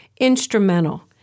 instrumental